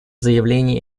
заявлений